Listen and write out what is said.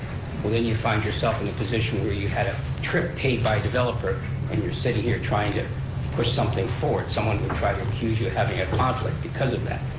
well, then you find yourself in a position where you had a trip paid by developer and you're sitting here trying to push something forward. someone would try to accuse you of having a conflict because of that.